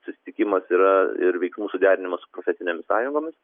susitikimas yra ir veiksmų suderinimas su profesinėmis sąjungomis